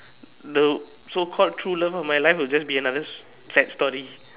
the so called true love of my life will be another sad story